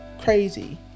Crazy